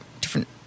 different